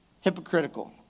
hypocritical